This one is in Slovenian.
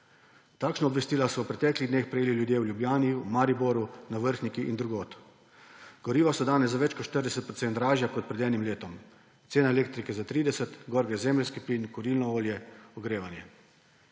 Takšna obvestila so v preteklih dneh prejeli ljudje v Ljubljani, v Mariboru, na Vrhniki in drugod. Goriva so danes za več kot 40 % dražja kot pred enim letom. Cena elektrike za 30 %, višajo se cene zemeljskega plina, kurilnega olja, ogrevanja.